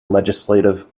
legislative